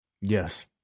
Yes